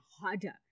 harder